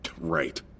Right